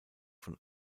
von